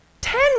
ten